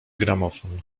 gramofon